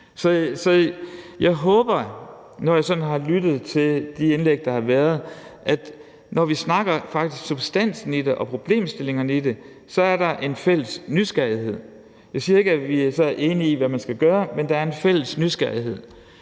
Så jeg håber – nu har jeg lyttet til de indlæg, der har været – at når vi snakker substansen i det og problemstillingerne i det, så er der en fælles nysgerrighed. Jeg siger ikke, at vi så er enige om, hvad man skal gøre, men der er en fælles nysgerrighed.